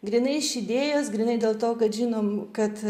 grynai iš idėjos grynai dėl to kad žinom kad